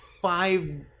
five